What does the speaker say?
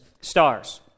stars